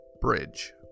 Bridge